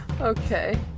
Okay